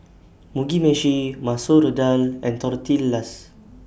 Mugi Meshi Masoor Dal and Tortillas